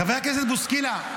חבר הכנסת בוסקילה,